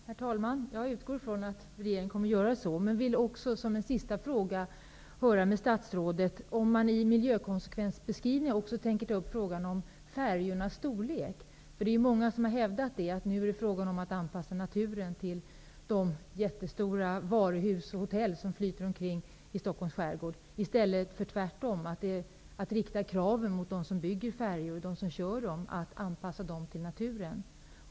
Herr talman! Jag utgår från att regeringen kommer att göra så, men jag vill också till statsrådet ställa en avslutande fråga om huruvida man i miljökonsekvensbeskrivningarna också avser att ta upp frågan om färjornas storlek. Många har hävdat att naturen skall anpassas till de jättestora varuhus och hotell som flyter omkring i Stockholms skärgård i stället för att tvärtom rikta kraven mot dem som bygger och kör färjor på att de skall anpassa färjorna efter naturen.